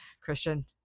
Christian